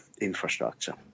infrastructure